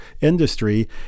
industry